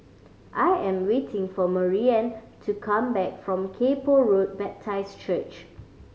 I am waiting for Maryann to come back from Kay Poh Road Baptist Church